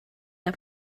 der